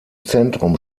zentrum